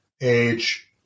age